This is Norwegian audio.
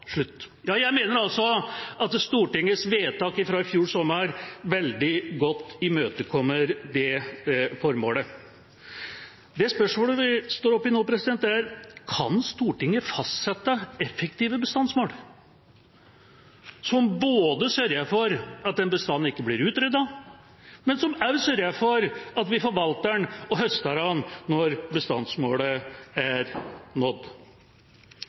kultur.» Jeg mener at Stortingets vedtak fra i fjor sommer veldig godt imøtekommer det formålet. Det spørsmålet vi står oppe i nå, er: Kan Stortinget fastsette effektive bestandsmål, som både sørger for at en bestand ikke blir utryddet og også sørger for at vi forvalter den og høster av den når bestandsmålet er nådd?